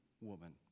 woman